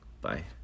Bye